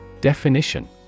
Definition